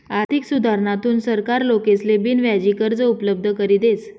आर्थिक सुधारणाथून सरकार लोकेसले बिनव्याजी कर्ज उपलब्ध करी देस